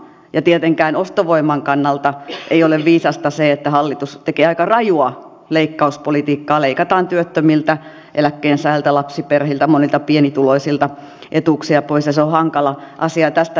ja tietenkään ostovoiman kannalta ei ole viisasta se että hallitus tekee aika rajua leikkauspolitiikkaa leikataan työttömiltä eläkkeensaajilta lapsiperheiltä monilta pienituloisilta etuuksia pois ja se on hankala asia tästä näkökulmasta